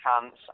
chance